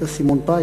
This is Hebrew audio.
את הסימון π,